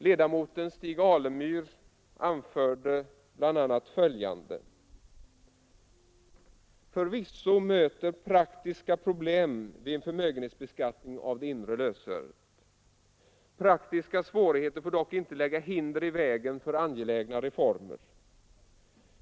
Ledamoten Stig Alemyr anförde bl.a. följande: ”Förvisso möter praktiska problem vid en förmögenhetsbeskattning av det inre lösöret. Praktiska svårigheter får dock inte lägga hinder i vägen för angelägna reformer.